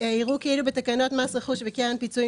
יראו כאילו בתקנות מס רכוש וקרן פיצויים